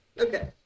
Okay